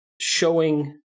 showing